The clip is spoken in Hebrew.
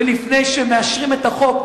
ולפני שמאשרים את החוק,